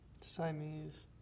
Siamese